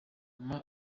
hanyuma